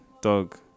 dog